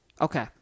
Okay